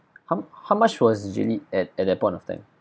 how m~ how much was gilead at at that point of time